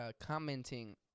commenting